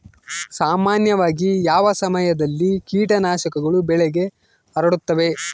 ಸಾಮಾನ್ಯವಾಗಿ ಯಾವ ಸಮಯದಲ್ಲಿ ಕೇಟನಾಶಕಗಳು ಬೆಳೆಗೆ ಹರಡುತ್ತವೆ?